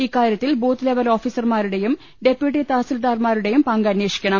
ഇക്കാര്യത്തിൽ booth level ഓഫിസർമാരുടെയും deputy തഹസിൽദാറുമാരുടേയും പങ്ക് അന്വേഷിക്കണം